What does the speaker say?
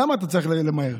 למה אתה צריך למהר?